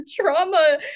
trauma